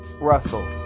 Russell